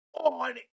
On